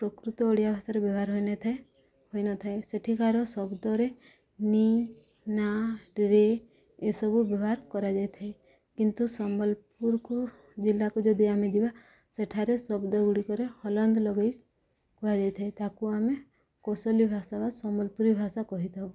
ପ୍ରକୃତ ଓଡ଼ିଆ ଭାଷାରେ ବ୍ୟବହାର ହୋଇନଥାଏ ହୋଇନଥାଏ ସେଠିକାର ଶବ୍ଦରେ ନି ନାଁ ରେ ଏସବୁ ବ୍ୟବହାର କରାଯାଇଥାଏ କିନ୍ତୁ ସମ୍ବଲପୁରକୁ ଜିଲ୍ଲାକୁ ଯଦି ଆମେ ଯିବା ସେଠାରେ ଶବ୍ଦ ଗୁଡ଼ିକରେ ହଳନ୍ତ ଲଗାଇ କୁହାଯାଇଥାଏ ତାକୁ ଆମେ କୌଶଲି ଭାଷା ବା ସମ୍ବଲପୁରୀ ଭାଷା କହିଥାଉ